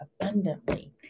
abundantly